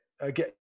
again